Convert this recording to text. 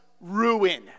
ruin